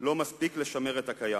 לא מספיק לשמר את הקיים